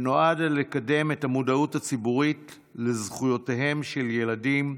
שנועד לקדם את המודעות הציבורית לזכויותיהם של ילדים,